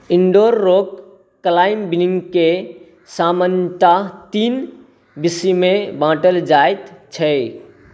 indoor rock क्लाइमबिंगके सामान्यतः तीन विषयमे बाँटल जाइत छै